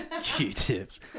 Q-tips